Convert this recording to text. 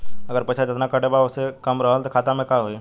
अगर पैसा जेतना कटे के बा ओसे कम रहल खाता मे त का होई?